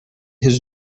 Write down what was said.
his